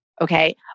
Okay